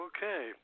Okay